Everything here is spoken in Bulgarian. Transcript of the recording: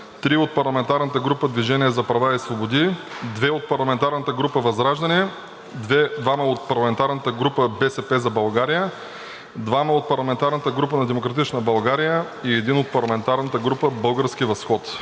4 от парламентарната група „Движение за права и свободи“, 3 от парламентарната група ВЪЗРАЖДАНЕ, 2 от парламентарната група „БСП за България“, 2 от парламентарната група на „Демократична България“ и 1 от парламентарната група „Български възход“.